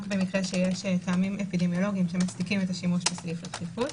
במקרה שיש טעמים אפידמיולוגיים שמצדיקים את השימוש בסעיף הדחיפות.